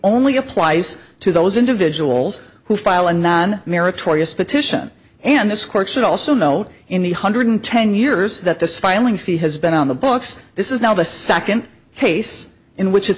only applies to those individuals who file a non meritorious petition and this court should also note in the hundred ten years that this filing fee has been on the books this is now the second case in which i